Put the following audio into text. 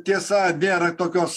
tiesa nėra tokios